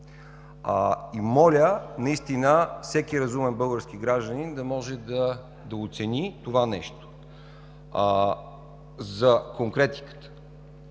Моля, наистина всеки разумен български гражданин да може да оцени това нещо. За конкретиката.